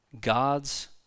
God's